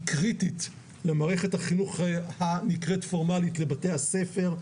קריטית למערכת החינוך הנקראת "פורמלית" בבתי הספר.